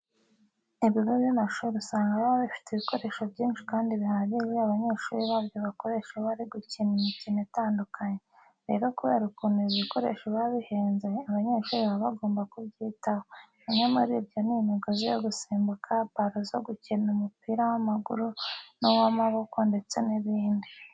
Ibigo by'amashuri usanga biba bifite ibikoresho byinshi kandi bihagije abanyeshuri babyo bakoresha iyo bari gukina imikino itandukanye. Rero kubera ukuntu ibi bikoresho biba bihenze abanyeshuri baba bagomba kubyitaho. Bimwe muri byo ni imigozi yo gusimbuka, balo zo gukina umupira w'amaguru n'uw'amaboko ndetse n'ibindi.